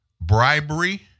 bribery